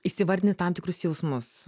įsivardini tam tikrus jausmus